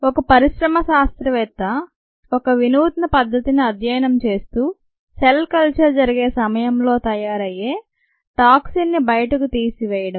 ఒక పరిశ్రమ శాస్త్రవేత్త ఒక వినూత్న పద్ధతిని అధ్యయనం చేస్తూ సెల్ కల్చర్ జరిగే సమయంలో తయారయ్యే టాక్సిన్ని బయటకు తీసివేయడం